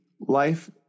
life